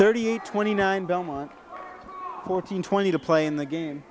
thirty eight twenty nine belmont fourteen twenty to play in the game